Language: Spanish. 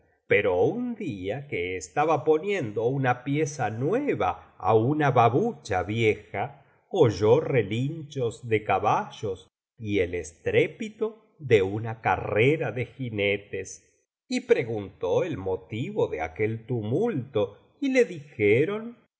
pero un día que estaba poniendo una pieza nueva á una babucha vieja oyó relinchos de caballos y el estrépito de una carrera de jinetes y preguntó el motivo de aquel tumulto y le dijeron